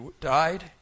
died